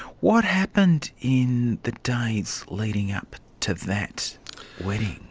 what happened in the days leading up to that wedding?